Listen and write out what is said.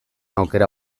aukera